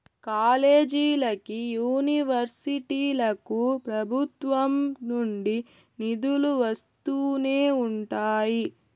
కాలేజీలకి, యూనివర్సిటీలకు ప్రభుత్వం నుండి నిధులు వస్తూనే ఉంటాయి